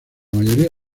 mayoría